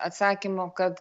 atsakymo kad